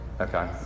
Okay